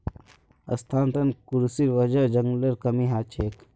स्थानांतरण कृशिर वजह जंगलेर कमी ह छेक